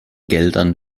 geldern